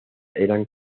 eran